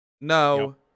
no